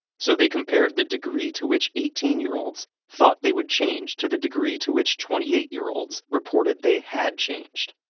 so they compared the degree to which eighteen year olds thought they would change to the degree to which twenty eight year olds reported they had changed.